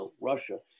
Russia